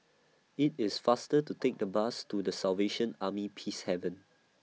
IT IS faster to Take The Bus to The Salvation Army Peacehaven